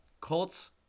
Colts